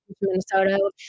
Minnesota